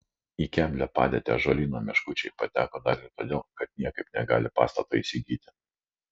į keblią padėtį ąžuolyno meškučiai pateko dar ir todėl kad niekaip negali pastato įsigyti